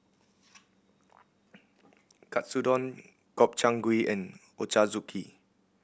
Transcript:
Katsudon Gobchang Gui and Ochazuke